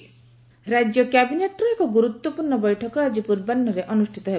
cabinet ବୈଠକ ରାକ୍ୟ କ୍ୟାବିନେଟ୍ର ଏକ ଗୁରୁତ୍ୱପୂର୍ଶ୍ଣ ବୈଠକ ଆକି ପୂର୍ବାହ୍ନରେ ଅନୁଷ୍ଟିତ ହେବ